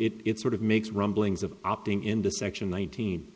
it it sort of makes rumblings of opting in to section one thousand